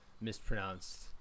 mispronounced